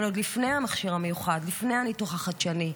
אבל עוד לפני המכשיר המיוחד, לפני הניתוח החדשני,